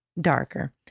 darker